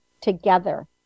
together